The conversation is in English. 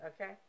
okay